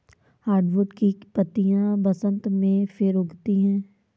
hardwood की पत्तियां बसन्त में फिर उगती हैं